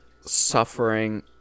suffering